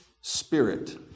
Spirit